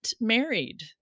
married